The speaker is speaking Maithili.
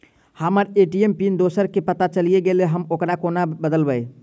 हम्मर ए.टी.एम पिन दोसर केँ पत्ता चलि गेलै, हम ओकरा कोना बदलबै?